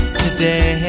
today